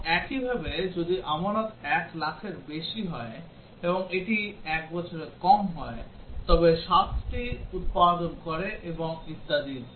এবং একইভাবে যদি আমানত 1 লাখের বেশি হয় এবং এটি 1 বছরের কম হয় এটি 7 শতাংশ উৎপাদন করে এবং ইত্যাদি